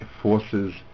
forces